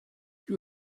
you